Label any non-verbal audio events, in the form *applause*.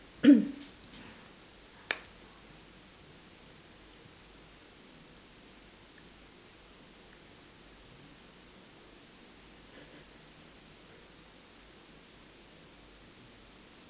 *coughs*